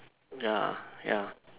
ya ya